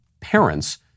parents